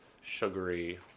sugary